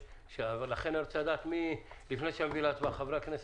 לפני שאני מבי להצבעה, חברי הכנסת,